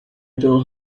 told